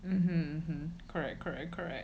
hmm correct correct correct